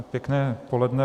Pěkné poledne.